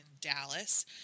Dallas